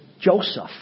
Joseph